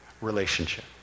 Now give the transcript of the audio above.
relationship